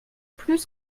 plus